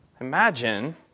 Imagine